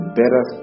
better